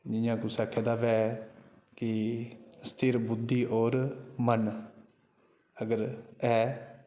जि'यां कुसै आखै दा होऐ कि स्थिर बुद्धि होर मन अगर ऐ